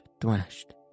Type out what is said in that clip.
thrashed